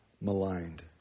maligned